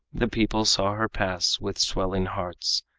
the people saw her pass with swelling hearts,